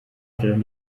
stellen